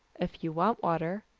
if you want water,